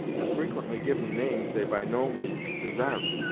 and frequently give em names they by no means desarve.